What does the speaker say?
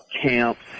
camps